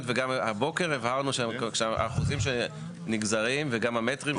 וגם הבוקר הבהרנו שהחוזים שנגזרים וגם המטרים,